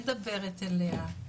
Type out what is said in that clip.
מדברת אליה,